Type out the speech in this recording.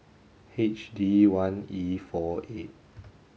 H D one E four eight